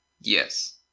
Yes